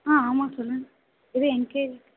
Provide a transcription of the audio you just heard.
ஆ ஆமாம் சொல்லுங்கள் இது என்கேஜ்